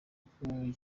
trump